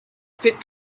spit